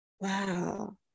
wow